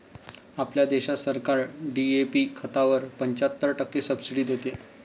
आपल्या देशात सरकार डी.ए.पी खतावर पंच्याहत्तर टक्के सब्सिडी देते